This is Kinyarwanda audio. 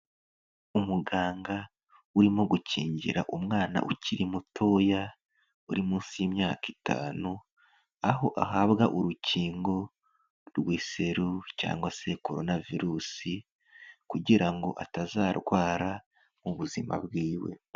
Umuganga urimo gukingira umwana ukiri mutoya uri munsi y'imyaka itanu, aho ahabwa urukingo rwiseru cyangwa se Korona virusi kugira ngo atazarwara mu buzima bw'iwe.